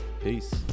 Peace